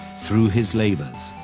through his labors,